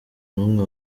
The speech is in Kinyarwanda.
n’umwe